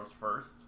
first